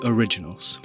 Originals